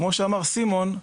כמו שאמר סימון,